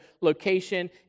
location